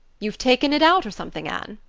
you've taken it out or something, anne.